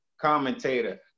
commentator